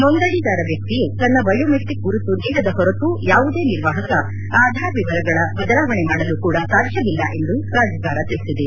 ನೋಂದಣಿದಾರ ವ್ಯಕ್ತಿಯು ತನ್ನ ಬಯೋಮೆಟ್ರಕ್ ಗುರುತು ನೀಡದ ಹೊರತು ಯಾವುದೇ ನಿರ್ವಾಹಕ ಆಧಾರ್ ವಿವರಗಳ ಬದಲಾವಣೆ ಮಾಡಲು ಕೂಡ ಸಾಧ್ಯವಿಲ್ಲ ಎಂದು ಪ್ರಾಧಿಕಾರ ತಿಳಿಸಿದೆ